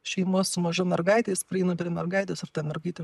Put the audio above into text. šeima su maža mergaite jis prieina prie mergaitės ir ta mergaitė